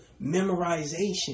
memorization